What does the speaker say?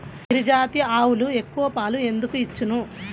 గిరిజాతి ఆవులు ఎక్కువ పాలు ఎందుకు ఇచ్చును?